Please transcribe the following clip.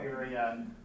area